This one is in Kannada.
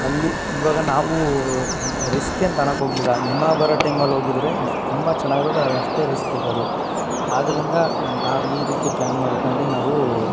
ಅಲ್ಲಿ ಇವಾಗ ನಾವೂ ರಿಸ್ಕ್ ಏನು ತಗೊಳ್ಳೋಕ್ಕೆ ಹೋಗ್ಲಿಲ್ಲ ಹಿಮ ಬರೋ ಟೈಮಲ್ಲಿ ಹೋಗಿದ್ರೆ ಇ ತುಂಬ ಚೆನ್ನಾಗಿರೋದು ಆದರೆ ಅಷ್ಟೇ ರಿಸ್ಕ್ ಇರೋದು ಆದ್ದರಿಂದ ನಾವು ಈ ರೀತಿ ಪ್ಲಾನ್ ಮಾಡ್ಕೊಂಡು ನಾವೂ